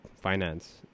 finance